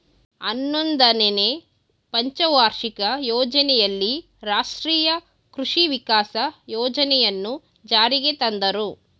ಹನ್ನೊಂದನೆನೇ ಪಂಚವಾರ್ಷಿಕ ಯೋಜನೆಯಲ್ಲಿ ರಾಷ್ಟ್ರೀಯ ಕೃಷಿ ವಿಕಾಸ ಯೋಜನೆಯನ್ನು ಜಾರಿಗೆ ತಂದರು